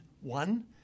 one